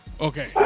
okay